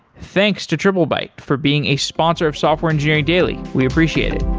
thanks to triplebyte for being a sponsor of software engineering daily. we appreciate it.